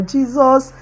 Jesus